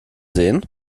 sehen